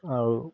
আৰু